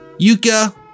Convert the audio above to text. Yuka